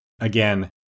Again